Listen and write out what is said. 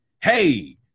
Hey